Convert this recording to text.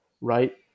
right